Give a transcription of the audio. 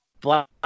black